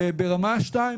ברמה 2,